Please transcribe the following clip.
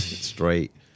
straight